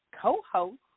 co-host